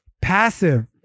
passive